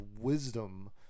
wisdom